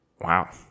Wow